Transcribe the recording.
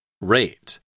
Rate